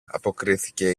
αποκρίθηκε